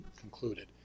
concluded